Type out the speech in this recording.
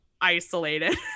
isolated